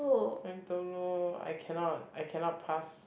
I don't know I cannot I cannot pass